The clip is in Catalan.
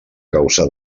causar